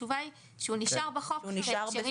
התשובה היא שהוא נשאר בחוק בהקשרים